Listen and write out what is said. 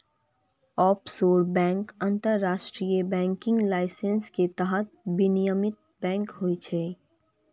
offshore bank अंतरराष्ट्रीय banking licence के तहत विनियमित बैंक होइ छै